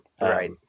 right